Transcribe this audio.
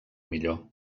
millor